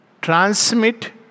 transmit